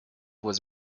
was